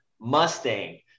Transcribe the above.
Mustang